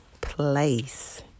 place